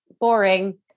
boring